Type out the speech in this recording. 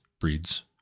breeds